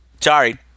Sorry